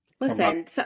Listen